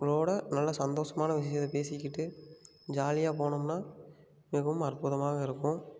இவங்களோட நல்லா சந்தோஷமான விஷயத்தை பேசிக்கிட்டு ஜாலியாக போனோம்ன்னால் மிகவும் அற்புதமாக இருக்கும்